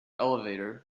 elevator